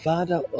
Father